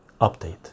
update